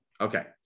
Okay